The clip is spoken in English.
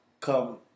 come